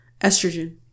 estrogen